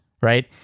right